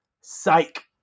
Psych